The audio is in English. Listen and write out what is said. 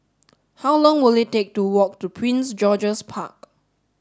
how long will it take to walk to Prince George's Park